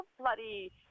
bloody